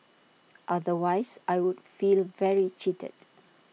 otherwise I would feel very cheated